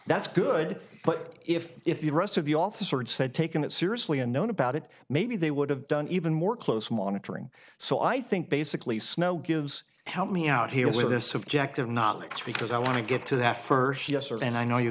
that's good but if if the rest of the officer had said taken it seriously and known about it maybe they would have done even more close monitoring so i think basically snow gives help me out here with this objective knowledge because i want to get to that first yesterday and i know you